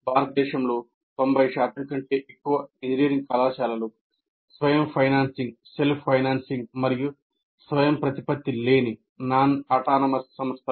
భారతదేశంలో 90 కంటే ఎక్కువ ఇంజనీరింగ్ కళాశాలలు స్వయం ఫైనాన్సింగ్ సంస్థలు